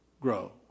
Grow